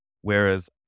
whereas